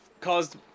caused